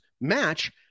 match